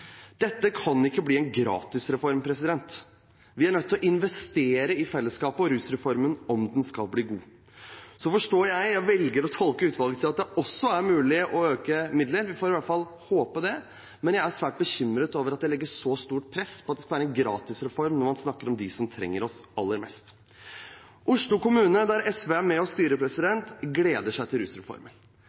Dette kan ikke bli en gratisreform, vi er nødt til å investere i fellesskapet og rusreformen om den skal bli god. Så forstår jeg – og jeg velger å tolke utvalget slik – at det også er mulig å øke midlene – vi får i hvert fall håpe det – men jeg er svært bekymret over at det legges så stort press på at det skal være en gratisreform når man snakker om dem som trenger oss aller mest. Oslo kommune, der SV er med og styrer, gleder seg til rusreformen.